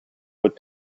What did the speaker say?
with